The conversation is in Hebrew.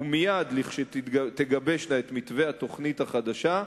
ומייד לכשתגבשנה את מתווה התוכנית החדשה,